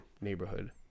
neighborhood